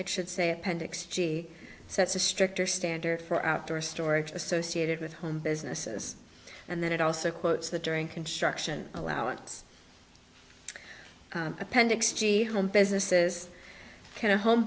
it should say appendix g sets a stricter standard for outdoor storage associated with home businesses and then it also quotes the during construction allowance appendix g home businesses and a home